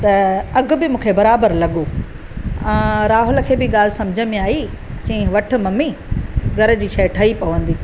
त अघु बि मूंखे बराबरु लॻो अ राहुल खे बि ॻाल्हि सम्झ में आई चयईं वठि मम्मी घर जी शइ ठही पवंदी